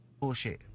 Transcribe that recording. bullshit